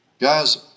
Guys